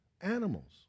animals